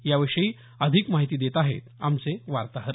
याविषयी अधिक माहिती देत आहेत आमचे वार्ताहर